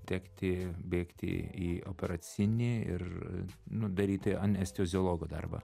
tekti bėgti į operacinį ir nu daryti anesteziologo darbą